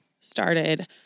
started